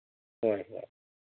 ꯍꯣꯏ ꯍꯣꯏ